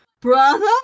brother